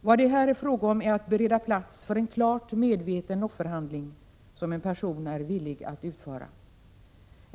Vad det här är fråga om är att bereda plats för en klart medveten offerhandling som en person är villig att utföra.